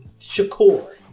Shakur